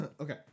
Okay